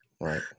Right